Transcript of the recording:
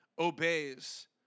obeys